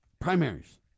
primaries